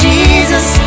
Jesus